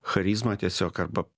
charizmą tiesiog arba